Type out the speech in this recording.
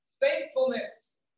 thankfulness